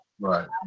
Right